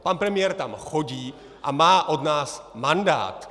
Pan premiér tam chodí a má od nás mandát!